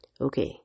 Okay